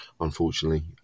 unfortunately